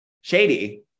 Shady